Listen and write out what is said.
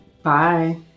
Bye